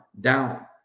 down